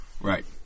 Right